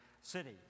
city